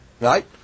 Right